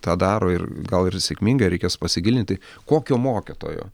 tą daro ir gal ir sėkmingai reikės pasigilinti kokio mokytojo